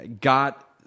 got